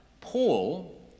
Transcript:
paul